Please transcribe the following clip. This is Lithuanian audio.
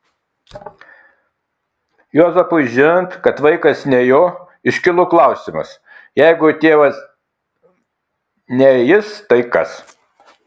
juozapui žinant kad vaikas ne jo iškilo klausimas jeigu vaiko tėvas ne jis tai kas